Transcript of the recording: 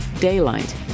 daylight